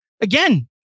again